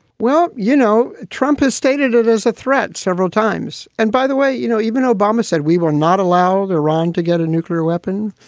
well, you know, trump has stated it as a threat several times. and by the way, you know, even obama said we will not allow iran to get a nuclear weapon.